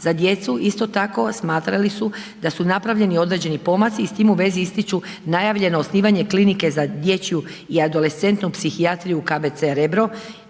za djecu isto tako smatrali su da su napravljeni određeni pomaci i s tim u vezi ističu najavljeno osnivanje klinike za dječju i adolescentnu psihijatriju KBC-a Rebro